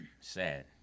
Sad